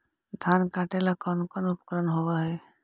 धान काटेला कौन कौन उपकरण होव हइ?